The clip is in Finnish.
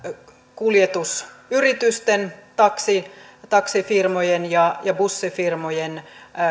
kuljetusyritysten taksifirmojen ja ja bussifirmojen